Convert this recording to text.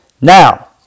Now